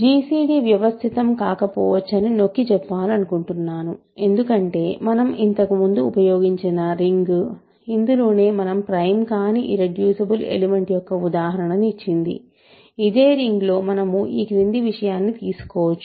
GCD వ్యవస్థితం కాకపోవచ్చని నొక్కిచెప్పాలనుకుంటున్నాను ఎందుకంటే మనం ఇంతకుముందు ఉపయోగించిన రింగ్ ఇందులోనే మనం ప్రైమ్ కాని ఇర్రెడ్యూసిబుల్ ఎలిమెంట్ యొక్క ఉదాహరణను ఇచ్చింది ఇదే రింగ్ లో మనం ఈ క్రింది విషయాన్ని తీసుకోవచ్చు